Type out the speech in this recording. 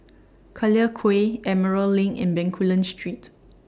Collyer Quay Emerald LINK and Bencoolen Street